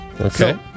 Okay